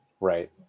Right